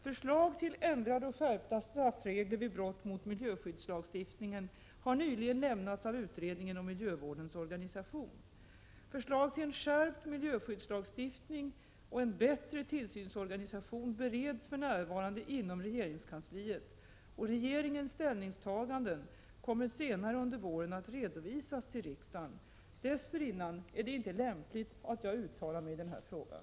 Förslag till ändrade och skärpta straffregler vid brott mot miljöskyddslagstiftningen har nyligen lämnats av utredningen om miljövårdens organisation. Förslag till en skärpt miljöskyddslagstiftning och en bättre tillsynsorganisation bereds för närvarande inom regeringskansliet, och regeringens ställningstaganden kommer senare under våren att redovisas till riksdagen. Dessförinnan är det inte lämpligt att jag uttalar mig i den här frågan.